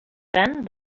then